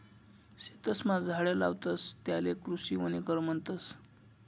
शेतसमा झाडे लावतस त्याले कृषी वनीकरण म्हणतस